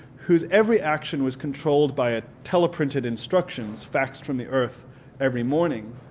whose every action was controlled by a teleprinted instructions faxed from the earth every morning,